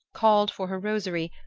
called for her rosary,